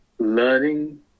learning